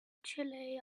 chile